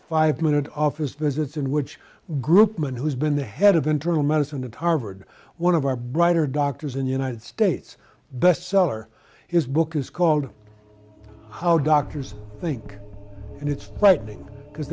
five minute office visits in which group man who's been the head of internal medicine at harvard one of our brighter doctors in the united states bestseller his book is called how doctors think and it's frightening because